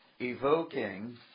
evoking